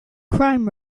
crime